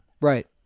Right